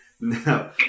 No